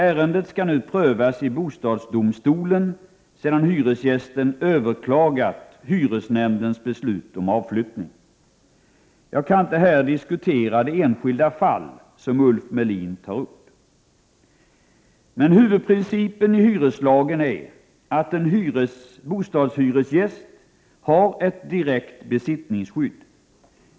Ärendet skall nu prövas i bostadsdomstolen sedan hyresgästen överklagat hyresnämndens beslut om avflyttning. Jag kan inte här diskutera det enskilda fall som Ulf Melin tar upp. Huvudprincipen i hyreslagen är att en bostadshyresgäst har ett direkt besittningsskydd.